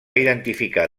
identificar